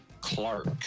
Clark